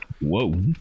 Whoa